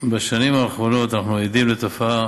בשנים האחרונות אנחנו עדים לתופעה,